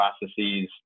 processes